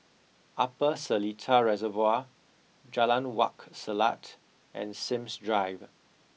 Upper Seletar Reservoir Jalan Wak Selat and Sims Drive